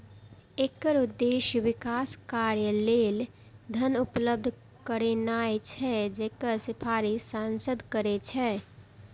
एकर उद्देश्य विकास कार्य लेल धन उपलब्ध करेनाय छै, जकर सिफारिश सांसद करै छै